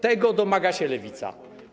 Tego domaga się Lewica.